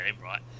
right